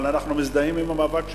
אבל אנחנו מזדהים עם המאבק שלכם.